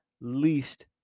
least